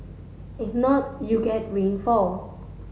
if not you get rainfall